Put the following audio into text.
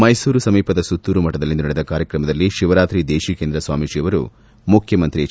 ಮೈಸೂರು ಸಮೀಪದ ಸುತ್ತೂರು ಮಠದಲ್ಲಿಂದು ನಡೆದ ಕಾರ್ಯಕ್ರಮದಲ್ಲಿ ಶಿವರಾತ್ರಿ ದೇತೀಕೇಂದ್ರ ಸ್ವಾಮೀಜಿಯವರು ಮುಖ್ಯಮಂತ್ರಿ ಎಚ್